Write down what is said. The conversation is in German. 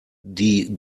die